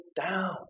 down